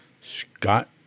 Scott